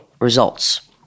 results